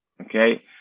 okay